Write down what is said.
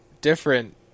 different